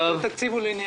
כי התקציב הוא ליניארי.